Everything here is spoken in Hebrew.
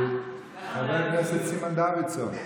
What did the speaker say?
חבר הכנסת סימון דוידסון.